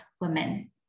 women